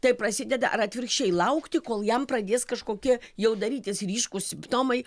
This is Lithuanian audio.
taip prasideda ar atvirkščiai laukti kol jam pradės kažkokie jau darytis ryškūs simptomai